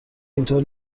اینطور